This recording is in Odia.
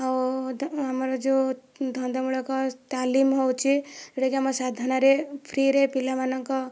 ଆଉ ଆମର ଯେଉଁ ଧନ୍ଦା ମୂଳକ ତାଲିମ ହେଉଛି ଯେଉଁଟା କି ଆମ ସାଧନାରେ ଫ୍ରୀରେ ପିଲାମାନଙ୍କ